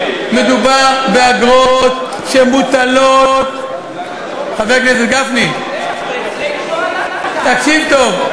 מדובר באגרות שמוטלות, חבר הכנסת גפני, תקשיב טוב,